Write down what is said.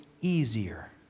easier